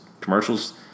commercials